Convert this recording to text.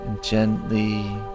gently